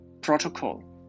protocol